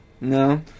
No